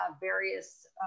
various